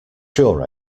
your